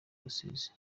rusizi